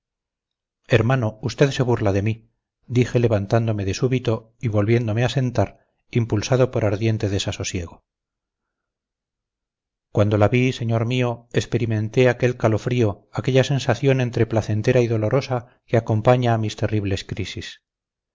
hermano usted se burla de mí dije levantándome de súbito y volviéndome a sentar impulsado por ardiente desasosiego cuando la vi señor mío experimenté aquel calofrío aquella sensación entre placentera y dolorosa que acompaña a mis terribles crisis